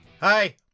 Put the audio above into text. Hi